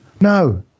No